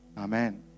Amen